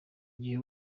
gihe